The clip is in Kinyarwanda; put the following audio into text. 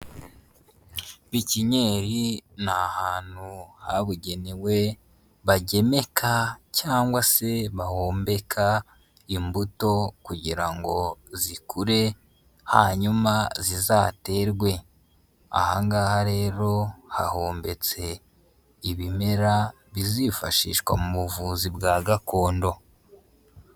Pikiniyeri ni ahantu habugenewe bagemeka cyangwa se bahumbika imbuto kugira ngo zikure hanyuma zizaterwe, aha ngaha rero hahumbitse ibimera bizifashishwa mu buvuzi bwa gakondo.